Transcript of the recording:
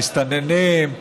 מסתננים,